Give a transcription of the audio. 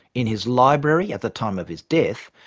in his library, at the time of his death,